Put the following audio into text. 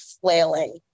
flailing